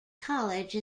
college